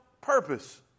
purpose